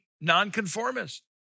nonconformist